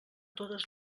totes